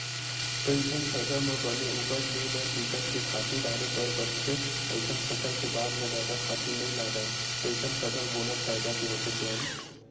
कइठन फसल म बने उपज ले बर बिकट के खातू डारे बर परथे अइसन फसल के बाद म जादा खातू नइ लागय तइसन फसल बोना फायदा के होथे सियान